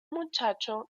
muchacho